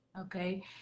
Okay